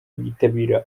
bitabira